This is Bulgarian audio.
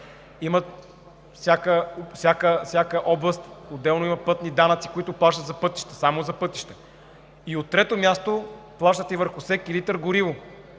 всяка област отделно има пътни данъци, които плащат само за пътища, на трето място – плащат и върху всеки литър гориво